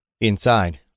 Inside